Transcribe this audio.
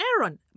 Aaron